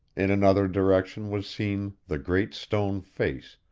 in another direction was seen the great stone face,